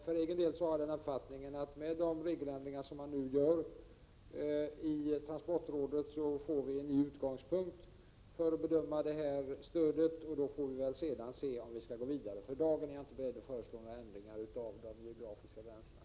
För egen del har jag dock den uppfattningen att vi med GR ST ä & kommunikationsomde regeländringar som transportrådet nu gör får en ny utgångspunkt för att det rådei bedöma detta stöd och att vi sedan får se om vi skall gå vidare. För dagen är jag inte beredd att föreslå några ändringar av den geografiska gränsdragningen.